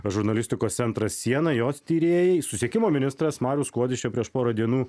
žurnalistikos centras siena jos tyrėjai susisiekimo ministras marius kuodis čia prieš porą dienų